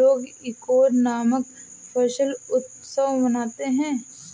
लोग इकोरे नामक फसल उत्सव मनाते हैं